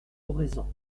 oraison